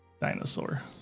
dinosaur